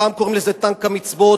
פעם קוראים לזה "טנק המצוות",